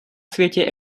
světě